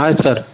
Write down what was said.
ಆಯ್ತು ಸರ್